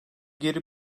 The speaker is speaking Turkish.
geri